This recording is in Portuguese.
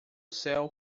céu